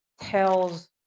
tells